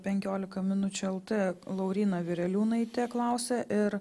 penkiolika minučių lt lauryna vireliūnaitė klausia ir